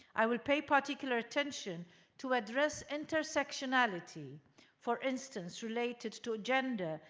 i will pay particular attention to address intersectionality for instance, related to gender,